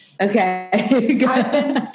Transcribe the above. okay